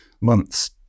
months